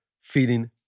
feeling